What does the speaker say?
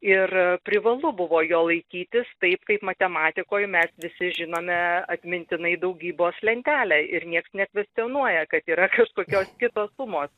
ir privalu buvo jo laikytis taip kaip matematikoj mes visi žinome atmintinai daugybos lentelę ir nieks nekvestionuoja kad yra kažkokios kitos sumos